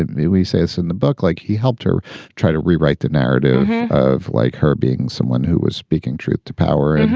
and he we say it's in the book like he helped her try to rewrite the narrative of like her being someone who was speaking truth to power. and